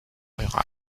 rural